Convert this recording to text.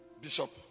Bishop